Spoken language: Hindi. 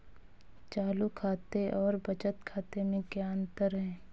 चालू खाते और बचत खाते में क्या अंतर है?